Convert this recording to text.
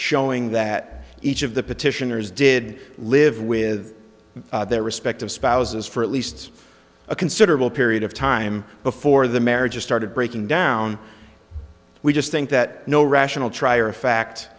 showing that each of the petitioners did live with their respective spouses for at least a considerable period of time before the marriage started breaking down we just think that no rational trier of fact